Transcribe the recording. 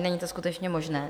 Není to skutečně možné.